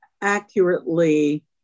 accurately